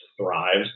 thrives